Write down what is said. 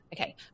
Okay